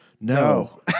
No